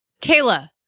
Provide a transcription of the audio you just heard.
Kayla